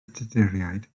tuduriaid